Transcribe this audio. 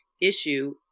issue